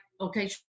okay